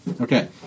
Okay